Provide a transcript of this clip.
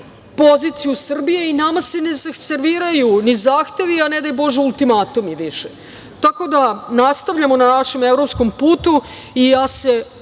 poziciju Srbije i nama se ne serviraju ni zahtevi, a ne daj Bože, ultimatumi više. Tako da, nastavljamo na našem evropskom putu i ja se